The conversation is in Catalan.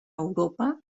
europa